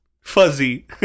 fuzzy